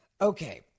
Okay